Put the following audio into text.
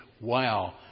Wow